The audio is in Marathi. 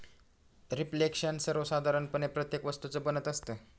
रिफ्लेक्शन सर्वसाधारणपणे प्रत्येक वस्तूचं बनत असतं